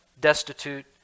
destitute